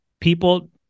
people